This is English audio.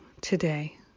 today